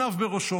עיניו בראשו",